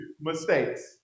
mistakes